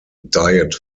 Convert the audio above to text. diet